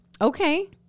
Okay